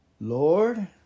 Lord